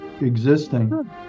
existing